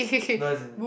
no as in